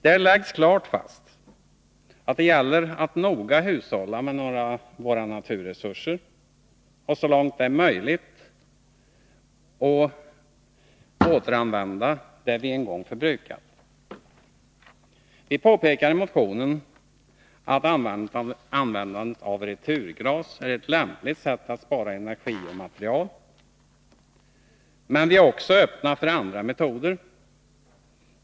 Där läggs klart fast att det gäller att noga hushålla med våra naturresurser och så långt det är möjligt återanvända det vi en gång förbrukat. Vi påpekar i motionen att användandet av returglas är ett lämpligt sätt att spara energi och material. Men vi är också öppna för andra metoder.